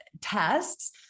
tests